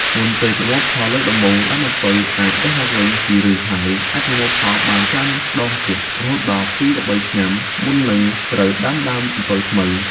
ពេលប្រមូលផលលើកដំបូង ដើមអំពៅអាចដុះឡើងវិញពីឫស ហើយអាចប្រមូលផលបានច្រើនដងទៀត រហូតដល់ ២ ទៅ ៣ ឆ្នាំ មុននឹងត្រូវដាំដើមអំពៅថ្មី។